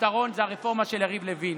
והפתרון זה הרפורמה של יריב לוין,